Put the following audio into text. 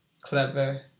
Clever